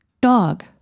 dog